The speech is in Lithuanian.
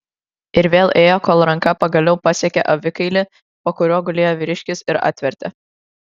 ir vėl ėjo kol ranka pagaliau pasiekė avikailį po kuriuo gulėjo vyriškis ir atvertė